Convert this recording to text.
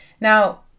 Now